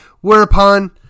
whereupon